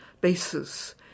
basis